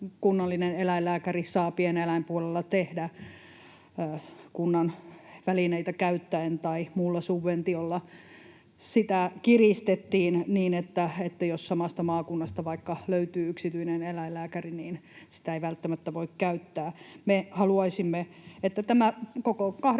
kunnallinen eläinlääkäri saa pieneläinpuolella tehdä kunnan välineitä käyttäen tai muulla subventiolla. Sitä kiristettiin niin, että jos samasta maakunnasta vaikka löytyy yksityinen eläinlääkäri, niin sitä ei välttämättä voi käyttää. Me haluaisimme, että tämä koko 8